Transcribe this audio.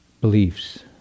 beliefs